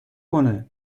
کنه